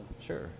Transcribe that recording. sure